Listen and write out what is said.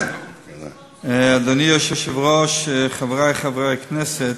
אדוני היושב-ראש, חברי חברי הכנסת,